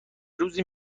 روزی